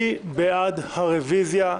מי בעד הרביזיה?